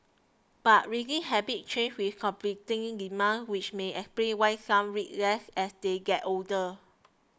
but reading habits change with competing demands which may explain why some read less as they get older